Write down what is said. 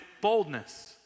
boldness